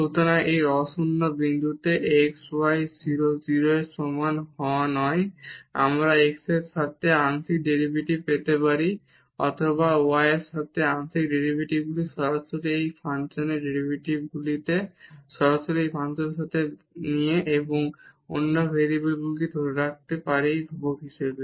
সুতরাং এই অ শূন্য বিন্দুতে xy 0 0 এর সমান নয় আমরা x এর সাথে আংশিক ডেরিভেটিভ পেতে পারি অথবা y এর সাথে আংশিক ডেরিভেটিভগুলি সরাসরি এই ফাংশনের ডেরিভেটিভকে সরাসরি সেই ভেরিয়েবলের সাথে নিয়ে এবং অন্য ভেরিয়েবলকে ধরে রাখতে পারি ধ্রুবক হিসাবে